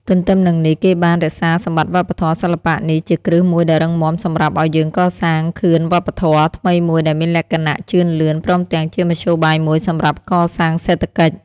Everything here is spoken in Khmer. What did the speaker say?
ទន្ទឹមនឹងនេះ គេបាន រក្សាសម្បត្តិវប្បធម៌ សិល្បៈនេះជាគ្រឹះមួយដ៏រឹងមាំសម្រាប់ឱ្យយើងកសាងខឿនវប្បធម៌ ថ្មីមួយដែលមានលក្ខណៈជឿនលឿន ព្រមទាំងជាមធ្យោបាយមួយសម្រាប់កសាង សេដ្ឋកិច្ច។